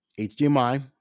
HDMI